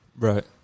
Right